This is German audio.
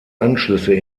anschlüsse